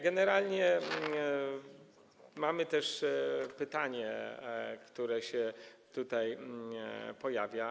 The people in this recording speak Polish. Generalnie mamy też pytanie, które się tutaj pojawiało.